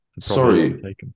sorry